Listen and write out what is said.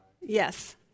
Yes